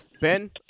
Ben